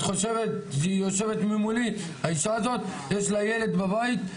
היא יושבת ממולי, האישה הזאת, יש לה ילד בבית,